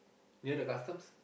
near the customs